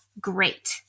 great